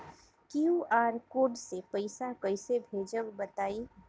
QR code से पईसा कईसे भेजब बताई?